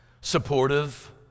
supportive